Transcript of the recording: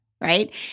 right